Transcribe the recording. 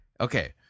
okay